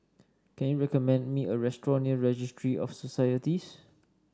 can you recommend me a restaurant near Registry of Societies